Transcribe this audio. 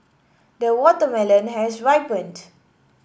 the watermelon has ripened